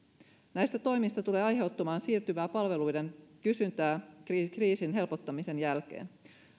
näistä toimista tulee aiheutumaan siirtynyttä palveluiden kysyntää kriisin helpottamisen jälkeen